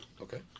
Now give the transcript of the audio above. Okay